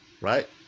Right